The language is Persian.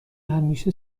همیشه